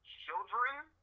children